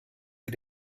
für